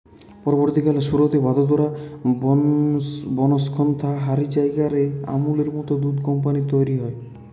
পরবর্তীকালে সুরতে, ভাদোদরা, বনস্কন্থা হারি জায়গা রে আমূলের মত দুধ কম্পানী তইরি হয়